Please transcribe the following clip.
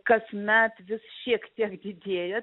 kasmet vis šiek tiek didėja